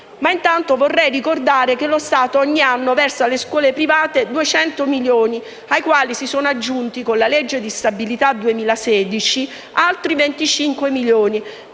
intanto ricordare che lo Stato ogni anno versa alle scuole private 200 milioni, ai quali si sono aggiunti con la legge di stabilità 2016 altri 25 milioni;